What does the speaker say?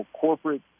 corporate